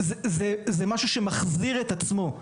זה משהו שמחזיר את עצמו.